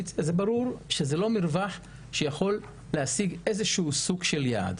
זה ברור שזה לא מרווח שיכול להשיג איזשהו סוג של יעד.